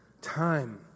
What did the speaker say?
Time